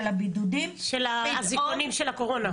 הבידודים --- של האזיקונים של הקורונה,